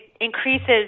increases